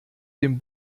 dem